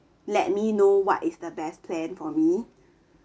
let me know what is the best plan for me